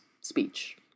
speech